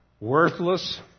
worthless